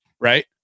right